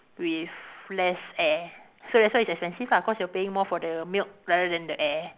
with less air so that's why it's expensive lah cause you are paying more for the milk rather than the air